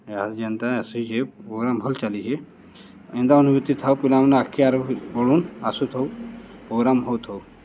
ଏହାଦେ ଯେନ୍ତା ଆସୁଛେ ପ୍ରୋଗ୍ରାମ୍ ଭଲ୍ ଚାଲିଛେ ଏନ୍ତା ଅନୁଭୂତି ଥାଉ ପିଲାମାନେ ଆଗ୍କେ ଆର୍ ବଢ଼ୁନ୍ ଆସୁଥାଉ ପ୍ରୋଗ୍ରାମ୍ ହଉଥଉ